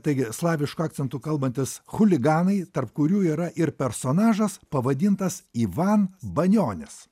taigi slavišku akcentu kalbantys chuliganai tarp kurių yra ir personažas pavadintas ivan banionis